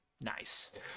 Nice